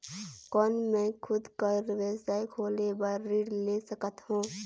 कौन मैं खुद कर व्यवसाय खोले बर ऋण ले सकत हो?